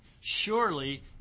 surely